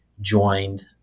joined